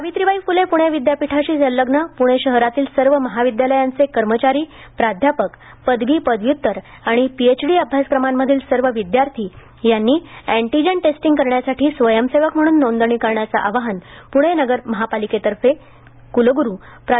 सावित्रीबाई फ्ले प्णे विद्यापीठाशी संलग्न प्णे शहरातील सर्व महाविद्यालयांचे कर्मचारी प्राध्यापक पदवी पदव्य्तर आणि पीएचडी अभ्यासक्रमांमधील सर्व विद्यार्थी यांनी अॅटीजेन टेस्टिंग करण्यासाठी स्वयंसेवक म्हणून नोंदणी करण्याचे आवाहन प्णे महानगरपालिकेच्या वतीने कुलग्रू प्रा